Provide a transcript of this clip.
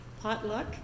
Potluck